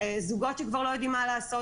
זוגות שכבר לא יודעים מה לעשות,